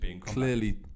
clearly